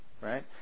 right